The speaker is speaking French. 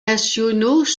nationaux